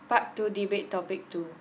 part two debate topic two